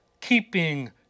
keeping